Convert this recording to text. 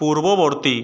পূর্ববর্তী